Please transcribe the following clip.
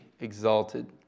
exalted